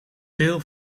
veel